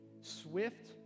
swift